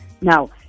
Now